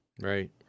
Right